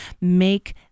make